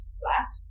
flat